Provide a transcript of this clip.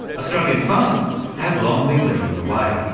australian farmers have long been leading the way.